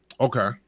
Okay